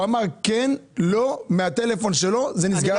הוא אמר כן, לא, מהטלפון שלו, נסגר הסיפור.